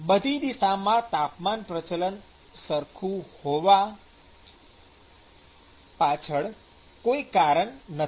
બધી દિશામાં તાપમાન પ્રચલન સરખું હોવા પછાડ કોઈ કારણ નથી